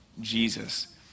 Jesus